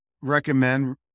recommend